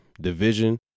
division